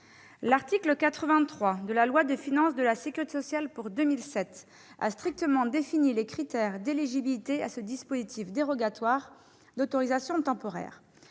L'article 83 de la loi de financement de la sécurité sociale pour 2007 a strictement défini les critères d'éligibilité à ce dispositif dérogatoire d'autorisation temporaire.